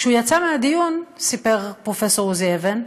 כשהוא יצא מהדיון, סיפר פרופסור עוזי אבן,